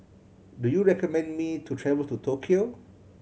do you recommend me to travel to Tokyo